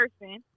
person